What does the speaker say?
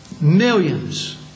Millions